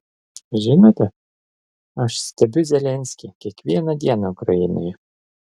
žinote aš stebiu zelenskį kiekvieną dieną ukrainoje